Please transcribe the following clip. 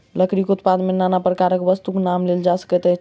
लकड़ीक उत्पाद मे नाना प्रकारक वस्तुक नाम लेल जा सकैत अछि